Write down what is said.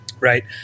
Right